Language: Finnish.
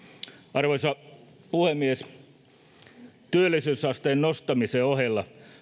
arvoisa puhemies työllisyysasteen nostamisen ohella